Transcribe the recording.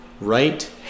Right